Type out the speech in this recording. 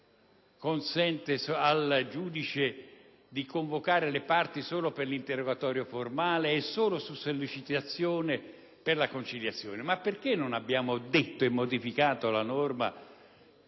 consente al giudice di convocare le parti solo per l'interrogatorio formale e, solo su sollecitazione, per la conciliazione. Perché non abbiamo modificato la norma